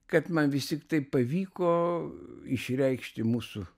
kad man vis tiktai pavyko išreikšti mūsų